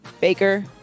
Baker